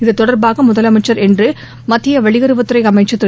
இத்தொடர்பாக முதலமைச்சா் இன்று மத்திய வெளியுறவுத்துறை அமைச்சா் திரு